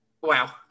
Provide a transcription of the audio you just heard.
Wow